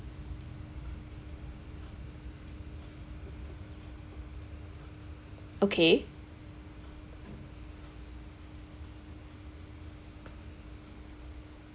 okay